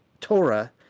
Torah